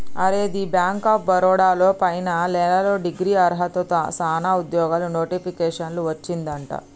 అరే the bank of Baroda లో పైన నెలలో డిగ్రీ అర్హతతో సానా ఉద్యోగాలు నోటిఫికేషన్ వచ్చిందట